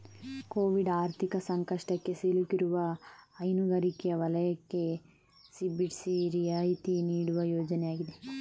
Covid ಆರ್ಥಿಕ ಸಂಕಷ್ಟಕ್ಕೆ ಸಿಲುಕಿರುವ ಹೈನುಗಾರಿಕೆ ವಲಯಕ್ಕೆ ಸಬ್ಸಿಡಿ ರಿಯಾಯಿತಿ ನೀಡುವ ಯೋಜನೆ ಆಗಿದೆ